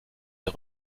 des